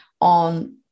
on